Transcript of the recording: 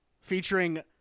featuring